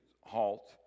halt